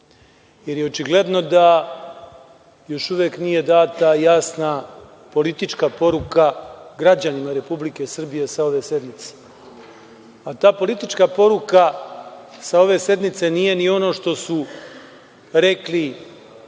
Očigledno je da još uvek nije data jasna politička poruka građanima Republike Srbije sa ove sednice, a ta politička poruka sa ove sednice nije ni ono što su rekli